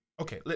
Okay